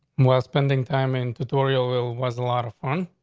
well, spending time in territorial will was a lot of fun.